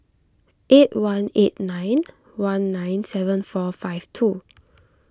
eight one eight nine one nine seven four five two